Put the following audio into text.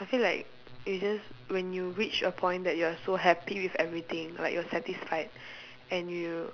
I feel like it just when you reach a point that you are so happy with everything like you're satisfied and you